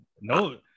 No